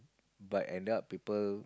but end up people